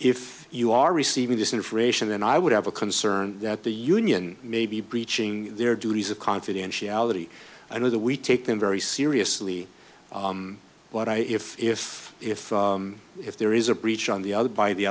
if you are receiving this information then i would have a concern that the union may be breaching their duties of confidentiality i know that we take them very seriously but i if if if if there is a breach on the other by the